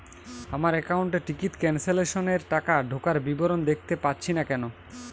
আমার একাউন্ট এ ticket cancellation এর টাকা ঢোকার বিবরণ দেখতে পাচ্ছি না কেন?